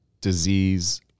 disease